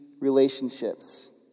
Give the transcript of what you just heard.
relationships